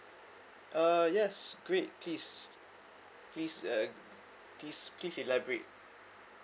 uh yes great please please uh please please elaborate